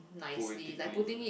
poetically ya